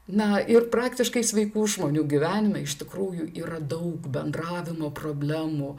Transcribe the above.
na ir praktiškai sveikų žmonių gyvenime iš tikrųjų yra daug bendravimo problemų